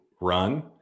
run